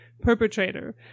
perpetrator